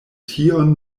tion